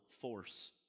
force